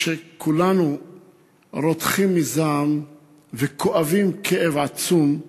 כשכולנו רותחים מזעם וכואבים כאב עצום,